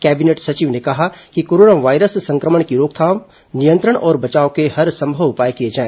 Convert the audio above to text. cabinet सचिव ने कहा कि कोरोना वायरस संक्रमण की रोकथाम नियंत्रण और बचाव के हरसंभव उपाय किए जाए